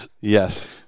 Yes